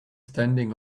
standing